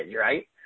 right